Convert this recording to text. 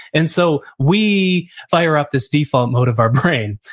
and so we fire up this default mode of our brain.